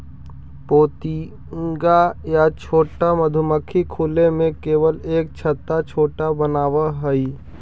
पोतिंगा या छोटा मधुमक्खी खुले में केवल एक छत्ता छोटा बनावऽ हइ